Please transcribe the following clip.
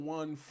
one